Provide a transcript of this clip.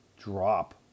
drop